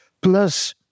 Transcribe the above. Plus